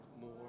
more